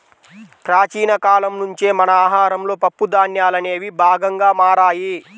ప్రాచీన కాలం నుంచే మన ఆహారంలో పప్పు ధాన్యాలనేవి భాగంగా మారాయి